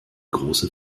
große